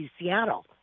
Seattle